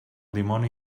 dimoni